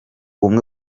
bumwe